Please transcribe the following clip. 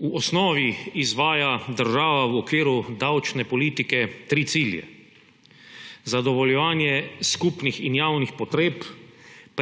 V osnovi izvaja država v okviru davčne politike tri cilje: zadovoljevanje skupnih in javnih potreb,